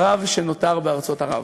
שנותר בארצות ערב.